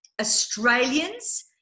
Australians